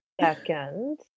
second